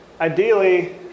ideally